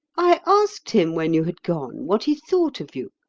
i asked him when you had gone what he thought of you.